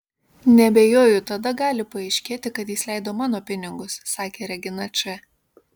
neabejoju tada gali paaiškėti kad jis leido mano pinigus sakė regina č